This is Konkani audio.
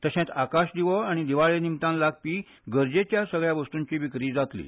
तशेंच आकाशदिवो आनी दिवाळे निमतान लागपी गरजेच्या सगळ्या वस्तूंची विक्री हांगा जातली